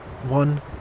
one